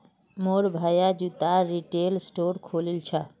मोर भाया जूतार रिटेल स्टोर खोलील छ